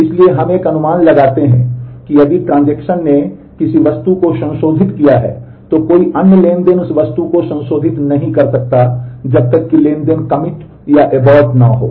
इसलिए हम एक अनुमान लगाते हैं कि यदि ट्रांज़ैक्शन न हो